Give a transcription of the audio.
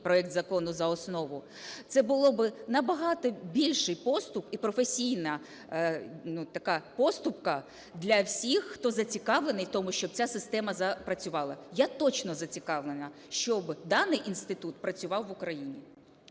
проект закону за основу, це був би набагато більший поступ і професійна, ну, така поступка для всіх, хто зацікавлений в тому, щоб ця система запрацювала. Я точно зацікавлена, щоб даний інститут працював в Україні.